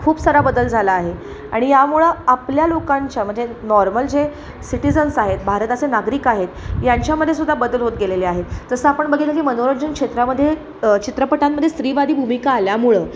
खूप सारा बदल झाला आहे आणि यामुळं आपल्या लोकांच्या म्हणजे नॉर्मल जे सिटीजन्स आहेत भारताचे नागरिक आहेत यांच्यामध्ये सुद्धा बदल होत गेलेले आहेत जसं आपण बघितलं की मनोरंजनक्षेत्रामध्ये चित्रपटांमध्ये स्त्रीवादी भूमिका आल्यामुळं